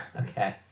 Okay